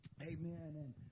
amen